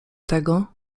tego